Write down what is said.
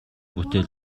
бүтээл